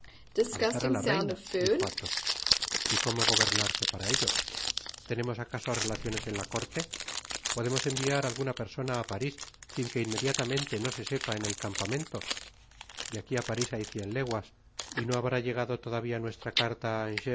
avisar á la reina dijo athos y cómo gobernarse para ello tenemos acaso relaciones en la corte podemos enviar á alguna persona á parís sin que inmediatamente no se sepa en el campamento de aqui á paris hay cien leguas y no habrá llegado todavía nuestra carta